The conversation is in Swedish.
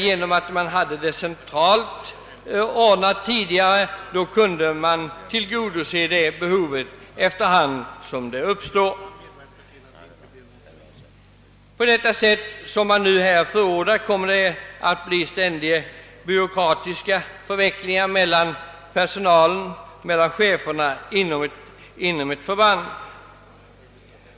Genom det tillämpade centrala systemet har man, som jag nämnde, kunnat tillgodose behoven efter hand som de uppstått, men med den nu föreslagna ordningen kommer det att bli ständiga byråkratiska förvecklingar mellan personalen och cheferna inom ett förband.